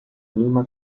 clima